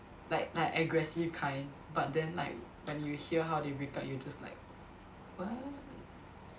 like like aggressive kind but then like when you hear how they break up you just like what